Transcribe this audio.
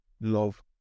love